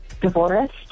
divorced